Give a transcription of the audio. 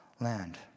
land